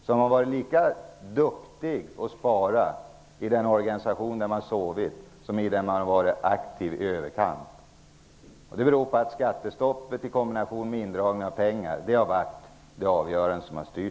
Man har varit lika duktig att spara i den organisation där man har sovit som i den där man har varit aktiv i överkant. Det som har styrt det hela och varit avgörande är skattestoppet i kombination med indragning av pengar.